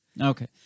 okay